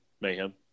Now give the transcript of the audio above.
Mayhem